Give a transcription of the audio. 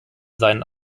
seinen